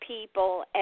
people